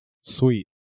Sweet